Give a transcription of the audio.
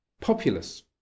populous